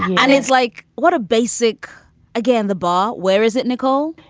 and it's like what a basic again, the bar. where is it? nicole,